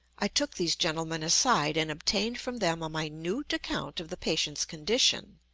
i took these gentlemen aside, and obtained from them a minute account of the patient's condition.